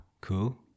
cool